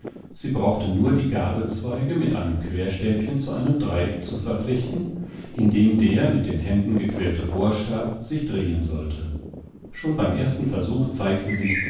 sie brauchte nur die gabelzweige mit einem querstäbchen zu einem dreieck zu verflechten in dem der mit den händen gequirlte bohrstab sich drehen sollte schon beim ersten versuch zeigte sich